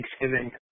Thanksgiving